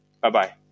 Bye-bye